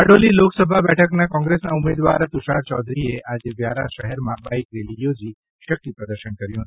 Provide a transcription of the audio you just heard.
બારડોલી લોકસભા બેઠકના કોંગ્રેસના ઉમેદવાર તુષાર ચૌધરીએ આજે વ્યારા શહેરમાં બાઇક રેલી યોજી શક્તિ પ્રદર્શન કર્યું હતું